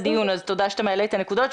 תודה שאתה מעלה את הנקודות.